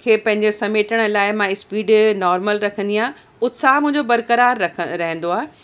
खे पंहिंजे समेटण लाइ मां पंहिंजी स्पीड नॉर्मल रखंदी आहियां उत्साह मुंहिंजो बरकरार रख रहंदो आहे